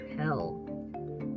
hell